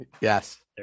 Yes